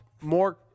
more